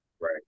Right